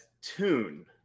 tune